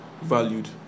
valued